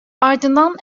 ardından